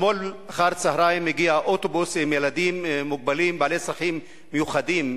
אתמול אחר הצהריים הגיע אוטובוס עם ילדים מוגבלים בעלי צרכים מיוחדים,